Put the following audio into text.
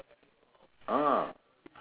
ah